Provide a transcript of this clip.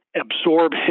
absorb